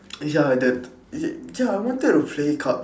ya the y~ ya I wanted to play car